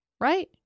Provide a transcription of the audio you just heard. Right